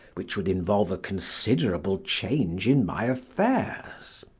which would involve a considerable change in my affairs.